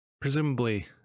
Presumably